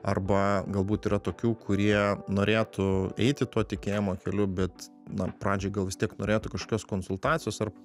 arba galbūt yra tokių kurie norėtų eiti tuo tikėjimo keliu bet na pradžiai gal vis tiek norėtų kažkokios konsultacijos ar